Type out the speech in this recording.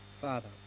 Father